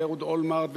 ואהוד אולמַרט,